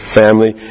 family